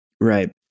Right